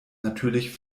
natürlich